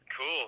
Cool